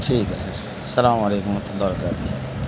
ٹھیک ہے سر السلام علیکم ورحمة اللہ وبرکاتہ